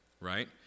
right